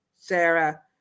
Sarah